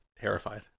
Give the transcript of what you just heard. terrified